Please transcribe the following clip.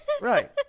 Right